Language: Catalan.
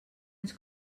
ens